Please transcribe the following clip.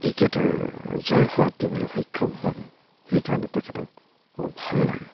ক্ৰিকেটৰ জয় সোৱাদ দিবলৈ সক্ষম হয় সেইকাৰণে তেখেতক বৰ ভাল লাগে